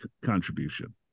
contribution